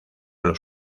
los